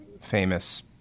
famous